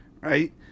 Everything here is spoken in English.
right